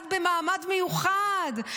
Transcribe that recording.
את במעמד מיוחד,